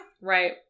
Right